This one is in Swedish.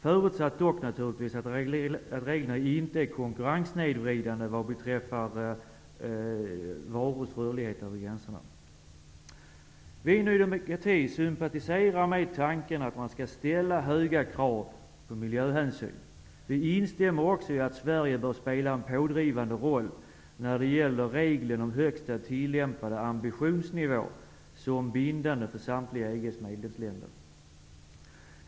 Detta förutsätter dock att reglerna inte är konkurrenssnedvridande vad beträffar varors rörlighet över gränserna. Vi i Ny demokrati sympatiserar med tanken att man skall ställa höga krav på miljöhänsyn. Vi instämmer även i att Sverige bör spela en pådrivande roll när det gäller att regeln om högsta tillämpade ambitionsnivå skall vara bindande för EG:s samtliga medlemsländer.